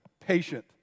patient